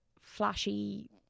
flashy